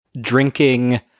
drinking